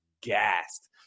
gassed